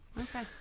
Okay